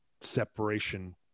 separation